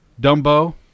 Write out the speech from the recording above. Dumbo